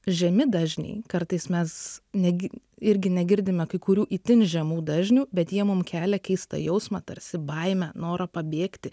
žemi dažniai kartais mes negi irgi negirdime kai kurių itin žemų dažnių bet jie mum kelia keistą jausmą tarsi baimę norą pabėgti